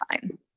fine